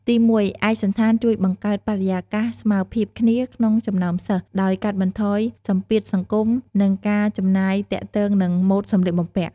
ទីមួយ ឯកសណ្ឋានជួយបង្កើតបរិយាកាសស្មើភាពគ្នាក្នុងចំណោមសិស្ស ដោយកាត់បន្ថយសម្ពាធសង្គម និងការចំណាយទាក់ទងនឹងម៉ូដសម្លៀកបំពាក់។